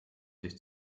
sich